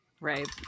Right